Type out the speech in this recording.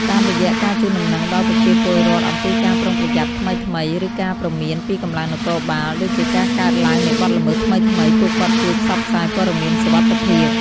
តាមរយៈការជូនដំណឹងដល់ប្រជាពលរដ្ឋអំពីការប្រុងប្រយ័ត្នថ្មីៗ ឬការព្រមានពីកម្លាំងនគរបាល ដូចជាការកើតឡើងនៃបទល្មើសថ្មីៗ ពួកគាត់ជួយផ្សព្វផ្សាយព័ត៌មានសុវត្ថិភាព។